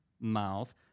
mouth